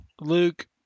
Luke